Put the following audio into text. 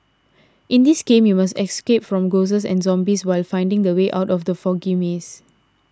in this game you must escape from ghosts and zombies while finding the way out of the foggy maze